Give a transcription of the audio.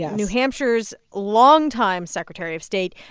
yeah new hampshire's longtime secretary of state.